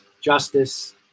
justice